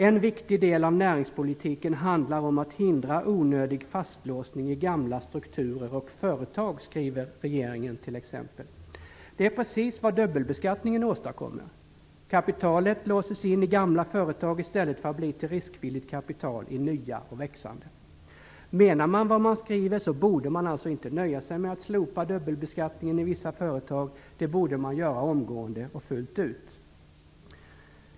"En viktig del av näringspolitiken handlar om att hindra onödig fastlåsning i gamla strukturer och företag", skriver regeringen t.ex. Det är precis vad dubbelbeskattningen åstadkommer. Kapitalet låses in i gamla företag i stället för att bli till riskvilligt kapital i nya och växande. Menar man vad man skriver borde man alltså inte nöja sig med att slopa dubbelbeskattningen i vissa företag. Det borde man göra omgående och fullt ut.